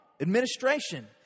administration